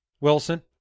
Wilson